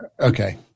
Okay